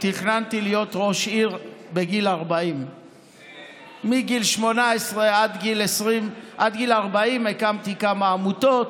תכננתי להיות ראש עיר בגיל 40. מגיל 18 עד גיל 40 הקמתי כמה עמותות,